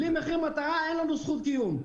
בלי מחיר מטרה אין לנו זכות קיום.